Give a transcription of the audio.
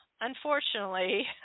unfortunately